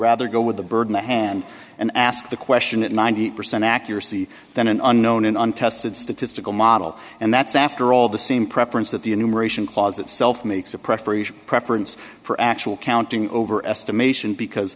rather go with the burden to hand and ask the question at ninety percent accuracy than an unknown untested statistical model and that's after all the same preference that the union ration clause itself makes a preparation preference for actual counting over estimation because